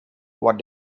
what